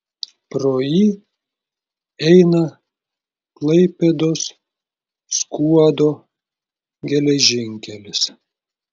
pro jį eina klaipėdos skuodo geležinkelis